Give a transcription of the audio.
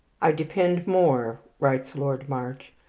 i depend more, writes lord march,